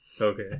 okay